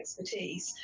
expertise